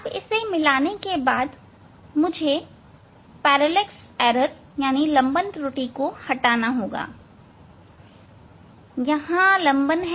अब इसे मिलाने के बाद मुझे लंबन त्रुटि को हटाना होगा यहां लंबन है